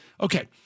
Okay